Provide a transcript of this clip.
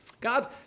God